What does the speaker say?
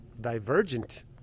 divergent